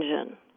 engine